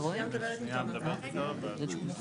אין הערות.